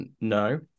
no